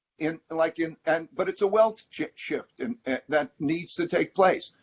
and like you know and but it's a wealth shift shift and that needs to take place.